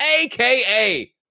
aka